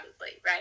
right